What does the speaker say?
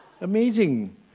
Amazing